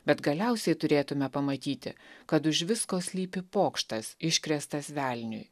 bet galiausiai turėtume pamatyti kad už visko slypi pokštas iškrėstas velniui